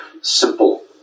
simple